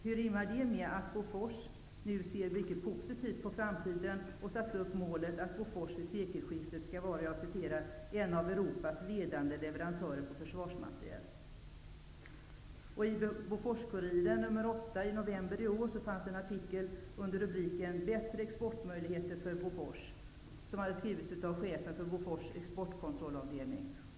Hur rimmar det med att Bofors nu ser mycket positivt på framtiden och har satt upp målet att Bofors vid sekelskiftet skall vara I Boforskuriren nr 8 i november i år fanns det en artikel under rubriken Bättre exportmöjligheter för Bofors, som hade skrivits av chefen för Bofors exportkontrollavdelning.